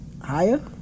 Higher